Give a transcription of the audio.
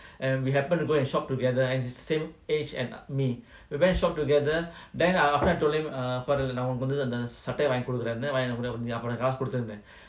and we happened to go and shop together and he's same age as me we went to shop together then err after I told him err உனக்குவந்துஅந்தசட்டையைவாங்குகொடுக்குறேனு:unaku vandhu andha sattaya vangi kodukurenu